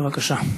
בבקשה.